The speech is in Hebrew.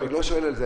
אני לא שואל על זה.